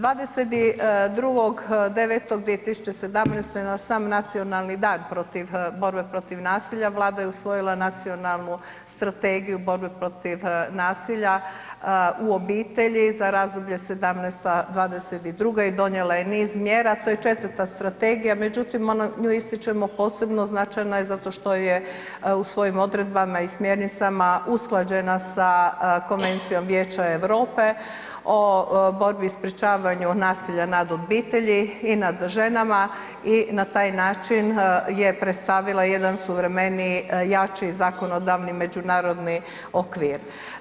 22.9.2017. na sam nacionalni dan protiv borbe protiv nasilja, vlada je usvojila nacionalnu strategiju borbe protiv nasilja u obitelji za razdoblje '17.-'22. i donijela je niz mjera, to je 4. strategija, međutim, ona, nju ističemo, posebno značajna je zato što je u svojim odredbama i smjernicama usklađena sa Konvencijom Vijeća Europe o borbi i sprječavanju nasilja nad obitelji i nad ženama i na taj način je predstavila jedan suvremeniji, jači zakonodavni međunarodni okvir.